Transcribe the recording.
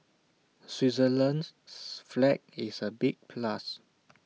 Switzerland's flag is A big plus